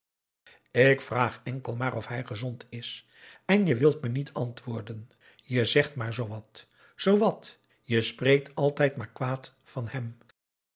ik vraag enkel maar of hij gezond is en je wilt me niet antwoorden je zegt maar zoowat zoowat je spreekt altijd maar kwaad van hem